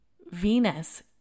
Venus